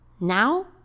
Now